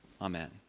amen